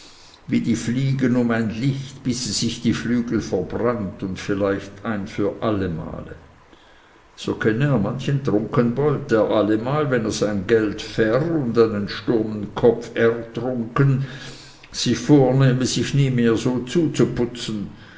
wie die fliege um ein licht bis sie sich die flügel verbrannt und vielleicht ein für alle male so kenne er manchen trunkenbold der allemal wenn er sein geld ver und einen sturmen kopf ertrunken sich vornehme sich nie mehr so zuzuputzen